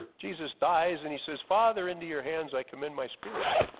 jesus dies and he says father into your hands i commend my spirit.